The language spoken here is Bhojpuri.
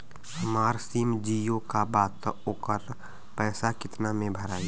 हमार सिम जीओ का बा त ओकर पैसा कितना मे भराई?